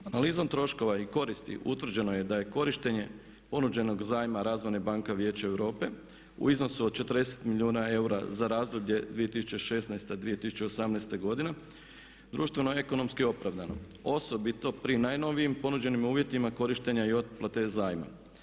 Analizom troškova i koristi utvrđeno je da je korištenje ponuđenog zajma razvojne banke Vijeća Europa u iznosu od 40 milijuna eura za razdoblje 2016.-2018.godine društveno ekonomski opravdano, osobito pri najnovijim ponuđenim uvjetima korištenja i otplate zajma.